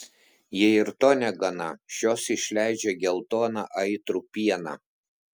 jei ir to negana šios išleidžia geltoną aitrų pieną